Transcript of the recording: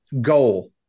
goal